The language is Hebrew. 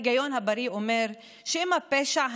ההיגיון הבריא אומר שאם הפשע,